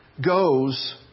goes